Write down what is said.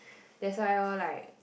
that's why loh like